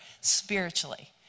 spiritually